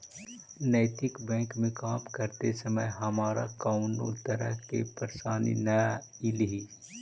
नैतिक बैंक में काम करते समय हमारा कउनो तरह के परेशानी न ईलई